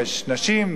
יש נשים,